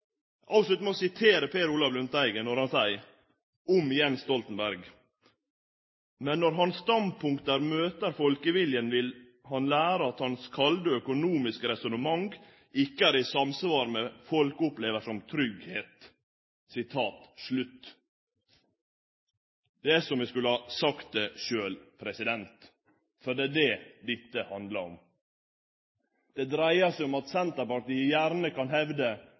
med å sitere det Per Olaf Lundteigen seier om Jens Stoltenberg: «Men når hans standpunkt møter folkeviljen, vil han lære at hans kalde, økonomiske resonnement ikke er i samsvar med hva folk opplever som trygghet.» Det er som om eg skulle ha sagt det sjølv, for det er det dette handlar om. Det dreiar seg om at Senterpartiet gjerne kan hevde